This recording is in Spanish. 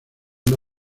una